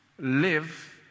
live